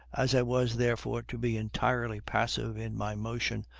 as i was therefore to be entirely passive in my motion,